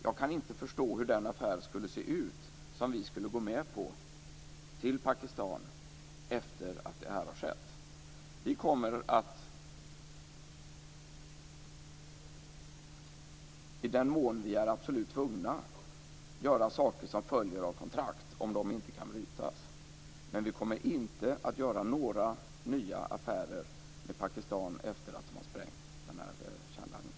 Jag kan inte förstå hur den affär med Pakistan skulle se ut som vi skulle gå med på efter det att det här har skett. Vi kommer i den mån vi är absolut tvungna att göra saker som följer av kontrakt om de inte kan brytas. Men vi kommer inte att göra några nya affärer med Pakistan efter det att man har sprängt kärnladdningar.